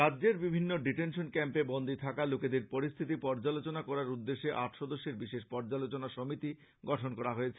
রাজ্যের বিভিন্ন ডিটেনশন ক্যাম্পে বন্দী থাকা লোকেদের পরিস্থিতি পর্যালোচনা করার উদ্দেশ্যে আট সদস্যের বিশেষ পর্যালোচনা সমিতি গঠন করা হয়েছে